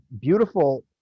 beautiful